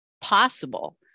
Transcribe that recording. possible